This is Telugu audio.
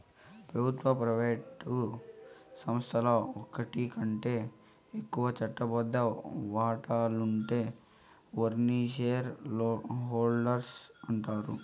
పెబుత్వ, ప్రైవేటు సంస్థల్ల ఓటికంటే ఎక్కువ చట్టబద్ద వాటాలుండే ఓర్ని షేర్ హోల్డర్స్ అంటాండారు